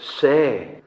say